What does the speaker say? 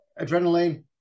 adrenaline